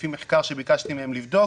לפי מחקר שביקשתי מהם לבדוק,